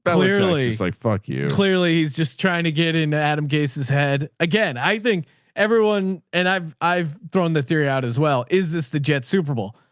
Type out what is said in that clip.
but clearly. like fuck you clearly. he's just trying to get into adam. case's head again. i think everyone and i've, i've thrown the theory out as well. is this the jet superbowl